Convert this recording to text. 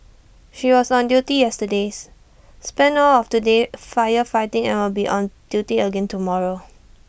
she was on duty yesterday's spent all of today firefighting and will be on duty again tomorrow